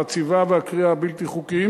החציבה והכרייה הבלתי-חוקיות